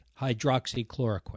hydroxychloroquine